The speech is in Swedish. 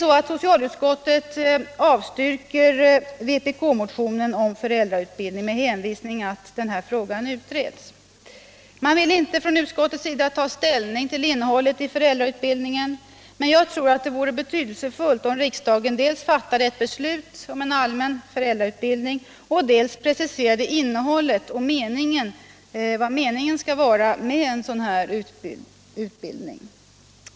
Socialutskottet avstyrker vpk-motionen om föräldrautbildning med hänvisning till att frågan utreds. Utskottet vill inte ta ställning till innehållet i en föräldrautbildning. Men jag tror att det vore betydelsefullt om riksdagen dels fattade ett beslut om en allmän föräldrautbildning, dels preciserade innehållet i och meningen med en sådan utbildning.